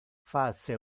face